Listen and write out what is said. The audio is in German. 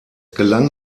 gelang